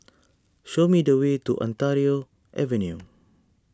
show me the way to Ontario Avenue